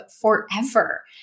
forever